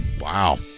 Wow